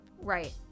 right